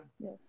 Yes